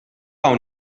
hawn